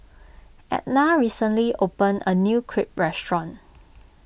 Edna recently opened a new Crepe restaurant